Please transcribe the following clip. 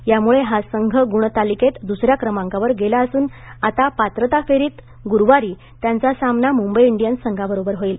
यामुळं हा संघ गुण तालिकेत दुसऱ्या क्रमांकावर गेला असून आता पात्रता फेरीत गुरुवारी त्यांचा सामना मुंबई इंडियन्स संघाबरोबर होईल